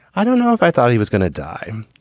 i don't know if i thought he was gonna die.